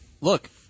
Look